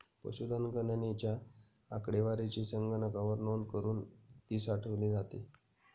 पशुधन गणनेच्या आकडेवारीची संगणकावर नोंद करुन ती साठवली जाते